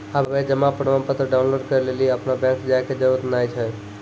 आबे जमा प्रमाणपत्र डाउनलोड करै लेली अपनो बैंक जाय के जरुरत नाय छै